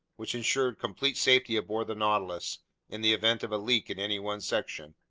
which insured complete safety aboard the nautilus in the event of a leak in any one section.